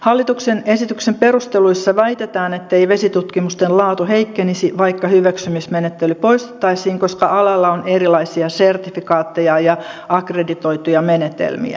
hallituksen esityksen perusteluissa väitetään ettei vesitutkimusten laatu heikkenisi vaikka hyväksymismenettely poistettaisiin koska alalla on erilaisia sertifikaatteja ja akkreditoituja menetelmiä